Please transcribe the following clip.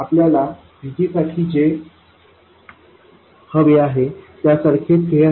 आपल्याला VG साठी जे हवे आहे त्यासारखेच हे आहे